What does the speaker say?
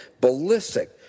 ballistic